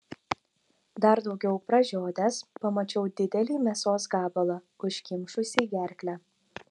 dar daugiau pražiodęs pamačiau didelį mėsos gabalą užkimšusį gerklę